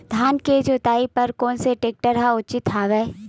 धान के जोताई बर कोन से टेक्टर ह उचित हवय?